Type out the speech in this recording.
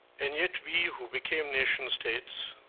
and yet, we, who became nation states,